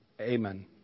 amen